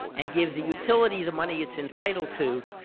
and give the utility the money it's entitled to,